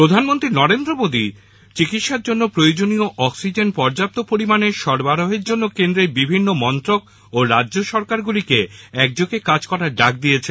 প্রধানমন্ত্রী নরেন্দ্র মোদী চিকিৎসার জন্য প্রয়োজনীয় অক্সিজেন পর্যাপ্ত পরিমাণে সরবরাহের জন্য কেন্দ্রের বিভিন্ন মন্ত্রক ও রাজ্য সরকারগুলিকে একযোগে কাজ করার ডাক দিয়েছেন